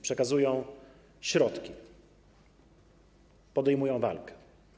Przekazują środki, podejmują walkę.